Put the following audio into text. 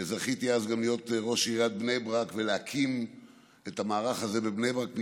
זכיתי אז גם להיות ראש עיריית בני ברק ולהקים את המערך הזה בבני ברק,